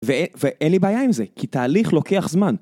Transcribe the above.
ואין לי בעיה עם זה, כי תהליך לוקח זמן.